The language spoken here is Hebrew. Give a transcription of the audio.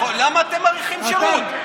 למה אתם מאריכים שירות?